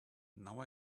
now